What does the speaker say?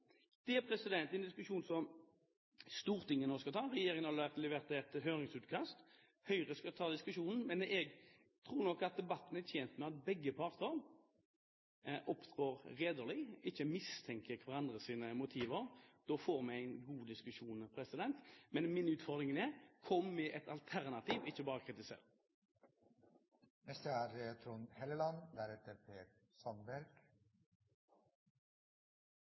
innsyn? Det er en diskusjon som Stortinget nå skal ta. Regjeringen har levert et høringsutkast. Høyre skal ta diskusjonen, men jeg tror nok debatten er tjent med at begge parter opptrer redelig og ikke mistenker hverandres motiver. Da får vi en god diskusjon. Men min utfordring er: Kom med et alternativ, ikke bare